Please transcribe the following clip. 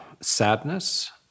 sadness